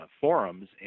forums